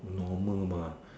normal mah